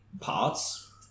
parts